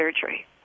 surgery